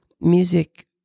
music